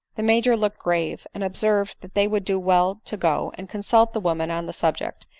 the major looked grave, and observed that they would do well to go and consult the women on the subject,